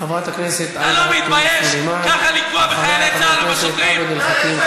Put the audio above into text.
חברי הכנסת טיבי וחזן, תודה.